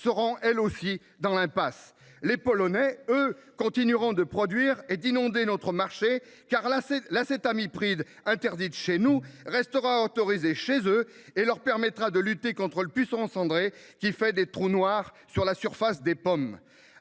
Europe, elles aussi seront dans l’impasse. Les Polonais, eux, continueront de produire et d’inonder notre marché, car l’acétamipride, interdit chez nous, restera autorisé chez eux, leur permettant de lutter contre le puceron cendré, qui fait des trous noirs à la surface des pommes.